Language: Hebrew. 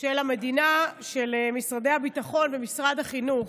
של המדינה, של משרד הביטחון ומשרד החינוך.